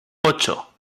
ocho